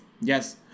Yes